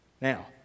Now